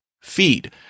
Feed